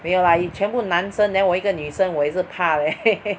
没有 lah 全部男生 then 我一个女生我也是怕 leh